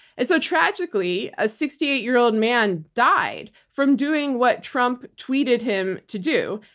and so, tragically, a sixty eight year old man died from doing what trump tweeted him to do.